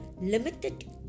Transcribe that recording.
limited